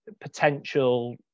potential